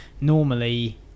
normally